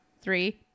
three